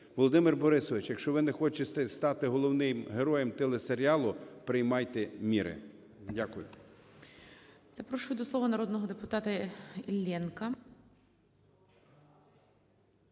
Володимир Борисович, якщо ви не хочете стати головним героєм телесеріалу, приймайте міри. Дякую.